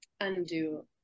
undo